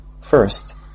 First